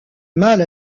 mal